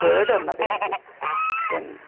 കേടു വന്ന ബേഗ് എന്